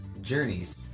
journeys